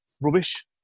Rubbish